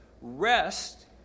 Rest